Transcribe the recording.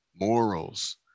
morals